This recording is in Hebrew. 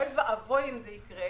אוי ואבוי אם זה יקרה,